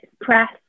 press